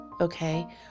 Okay